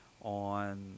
on